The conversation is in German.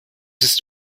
ist